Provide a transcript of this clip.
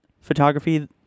photography